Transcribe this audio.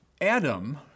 Adam